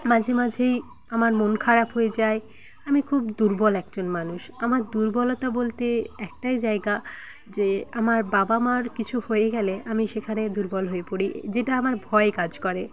মাঝে মাঝেই আমার মন খারাপ হয়ে যায় আমি খুব দুর্বল একজন মানুষ আমার দুর্বলতা বলতে একটাই জায়গা যে আমার বাবা মার কিছু হয়ে গেলে আমি সেখানে দুর্বল হয়ে পড়ি যেটা আমার ভয় কাজ করে